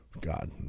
God